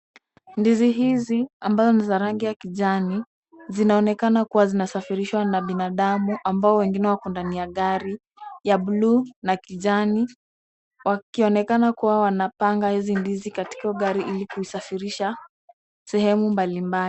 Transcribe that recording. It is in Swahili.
Ndizi hizi ambazo ni za rangi ya kijani, zinaonekana kuwa zinasafirishwa na binadamu ambao wengine wako ndani ya gari ya bluu na kijani wakionekana kuwa wanapanga hizi ndizi katika gari ili kuisafirisha sehemu mbalimbali.